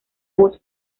voz